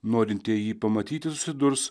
norintieji jį pamatyti susidurs